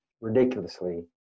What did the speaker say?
ridiculously